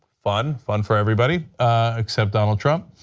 fun fun for everybody except donald trump.